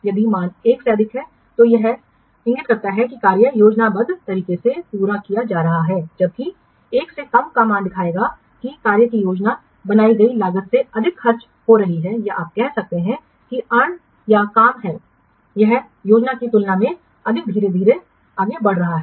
यदि मान एक से अधिक हैं तो यह इंगित करता है कि कार्य योजनाबद्ध तरीके से पूरा किया जा रहा है जबकि एक से कम का मान दिखाएगा कि कार्य की योजना बनाई गई लागत से अधिक खर्च हो रही है या आप कह सकते हैं कि अर्नड या काम है यह योजना की तुलना में अधिक धीरे धीरे आगे बढ़ रहा है